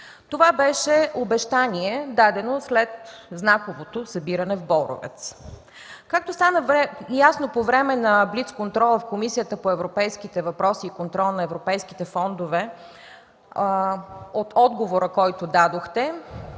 Това беше обещание, дадено след знаковото събиране в Боровец. Както стана ясно по време на блицконтрола в Комисията по европейските въпроси и контрол на европейските фондове – от отговора, който дадохте,